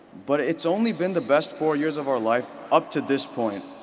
but it's only been the best four years of our life up to this point.